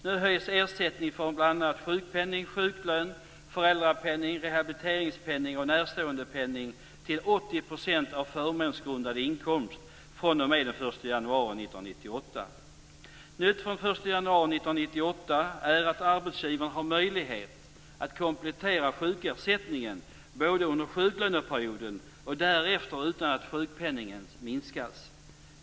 Nu höjs ersättningen för bl.a. sjukpenning, sjuklön, föräldrapenning, rehabiliteringspenning och närståendepenning till 80 % av förmånsgrundande inkomst fr.o.m. den 1 januari 1998. Nytt från den 1 januari 1998 är att arbetsgivaren har möjlighet att komplettera sjukersättningen både under sjuklöneperioden och därefter utan att sjukpenningen minskas.